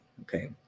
Okay